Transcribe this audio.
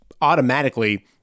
automatically